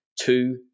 two